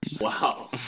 Wow